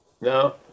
No